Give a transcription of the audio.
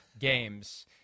games